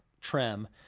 trim